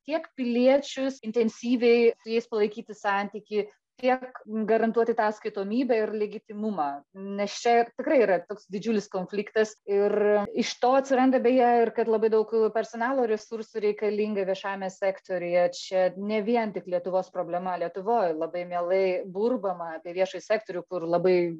tiek piliečius intensyviai su jais palaikyti santykį tiek garantuoti tą atskaitomybę ir legitimumą nes čia tikrai yra toks didžiulis konfliktas ir iš to atsiranda beje ir kad labai daug personalo resursų reikalinga viešajame sektoriuje čia ne vien tik lietuvos problema lietuvoj labai mielai burbama apie viešąjį sektorių kur labai